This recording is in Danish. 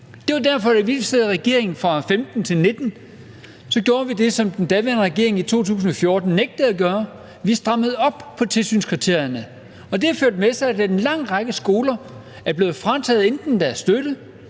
Det var jo derfor, at vi, da vi sad i regering fra 2015-19, gjorde det, som den daværende regering i 2014 nægtede at gøre: Vi strammede op på tilsynskriterierne. Det førte med sig, at en lang række skoler blev frataget deres støtte,